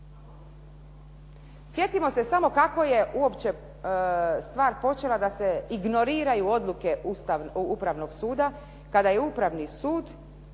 Sjetimo se samo kako je uopće stvar počela da se ignoriraju odluke Upravnog suda kada je Upravni sud